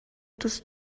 тус